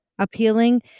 Appealing